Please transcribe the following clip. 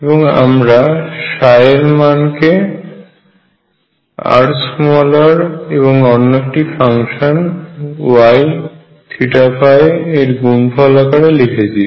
এবং আমরা এর মানকে R এবং অন্য একটি ফাংশন Yθϕ এর গুনফল আকারে লিখছি